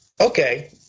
okay